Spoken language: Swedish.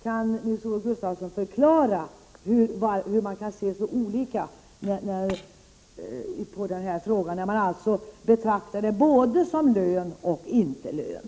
Kan Nils-Olof Gustafsson förklara hur man kan betrakta vinstandelarna som lön samtidigt som man inte betraktar dem som lön?